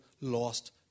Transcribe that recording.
lost